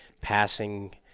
passing